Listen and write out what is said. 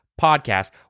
podcast